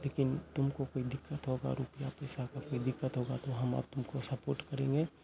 लेकिन तुमको कोई दिक्कत होगा रुपिया पईसा का कोई दिक्कत होगा तो हम अब तुम को सपोर्ट करेंगे